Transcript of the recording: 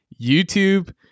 YouTube